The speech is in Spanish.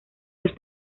los